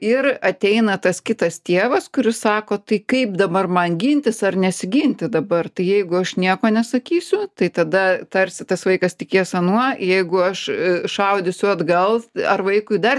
ir ateina tas kitas tėvas kuris sako tai kaip dabar man gintis ar nesiginti dabar tai jeigu aš nieko nesakysiu tai tada tarsi tas vaikas tikės anuo jeigu aš šaudysiu atgal ar vaikui dar